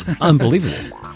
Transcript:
unbelievable